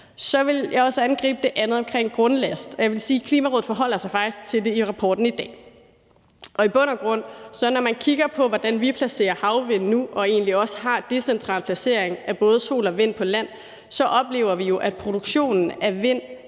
Så vil jeg også angribe det andet omkring grundlast. Jeg vil sige, at Klimarådet faktisk forholder sig til det i rapporten i dag. I bund og grund, når man kigger på, hvordan vi placerer havvind nu og egentlig også har decentral placering af både sol og vind på land, oplever vi, at produktionen af